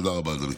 תודה רבה, אדוני.